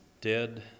dead